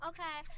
Okay